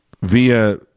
via